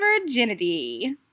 virginity